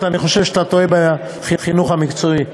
אני חושב שאתה טועה בחינוך המקצועי,